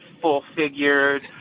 full-figured